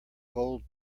gold